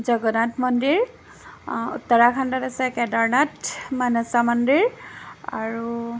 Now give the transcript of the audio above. জগন্নাথ মন্দিৰ উত্তৰাখণ্ডত আছে কেদাৰনাথ মানাসা মন্দিৰ আৰু